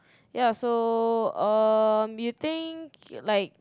ya so um you think like